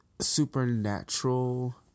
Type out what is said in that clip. supernatural